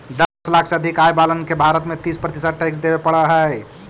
दस लाख से अधिक आय वालन के भारत में तीस प्रतिशत टैक्स देवे पड़ऽ हई